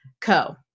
Co